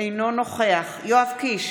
אינו נוכח יואב קיש,